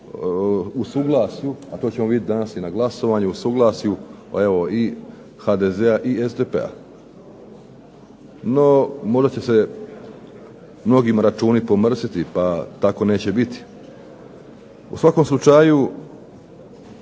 u suglasju, a to ćemo vidjeti danas i na glasovanju u suglasju evo i HDZ-a i SDP-a. No, možda će se mnogima računi pomrsiti, pa tako neće biti. U svakom slučaju